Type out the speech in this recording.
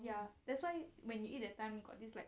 ya that's why when you eat that time got this like